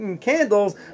Candles